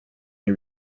nie